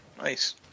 Nice